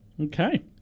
Okay